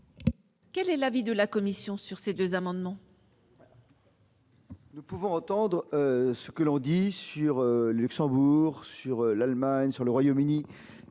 Quel est l'avis de la Commission sur ces 2 amendements. Pour entendre ce que l'on dit sur Luxembourg sur l'Allemagne sur le Royaume-Uni,